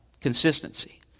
consistency